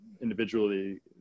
individually